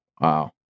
Wow